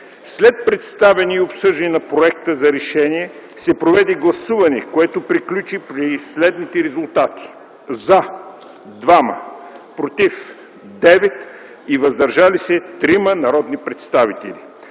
След представяне и обсъждане на проекта за решение се проведе гласуване, което приключи при следните резултати: „за” – 2, „против” – 9, и „въздържали се” – 3 народни представители.